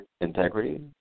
integrity